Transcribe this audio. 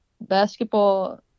basketball